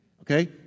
Okay